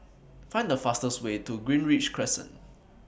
Find The fastest Way to Greenridge Crescent